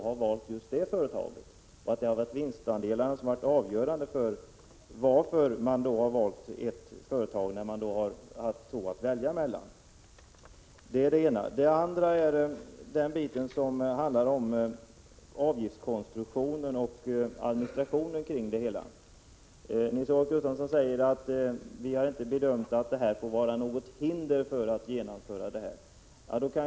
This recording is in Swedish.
Finns det något exempel på att det varit just vinstandelarna som varit avgörande när en arbetssökande valt mellan två företag? Sedan vill jag ta upp avgiftskonstruktionen och administrationen kring det hela. Nils-Olof Gustafsson säger att detta inte bedömts vara något hinder för att genomföra avgiftsbeläggningen.